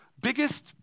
biggest